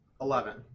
Eleven